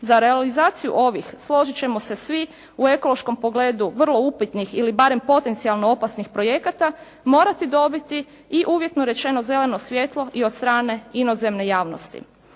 za realizaciju ovih, složit ćemo se svi, u ekološkom pogledu vrlo upitnih ili barem potencijalno opasnih projekata morati dobiti i uvjetno rečeno zeleno svjetlo i od strane inozemne javnosti.